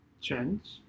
change